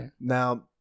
Now